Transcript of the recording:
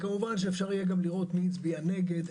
כמובן אפשר לראות מי הצביע נגד.